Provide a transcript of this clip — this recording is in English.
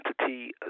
entity